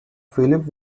philip